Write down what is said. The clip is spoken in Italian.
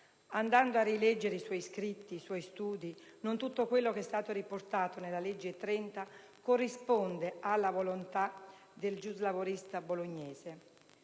Andando a rileggere i suoi scritti, i suoi studi, non tutto quello che è stato riportato nella legge n. 30 corrisponde alla volontà del giuslavorista bolognese.